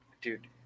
dude